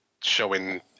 showing